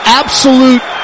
absolute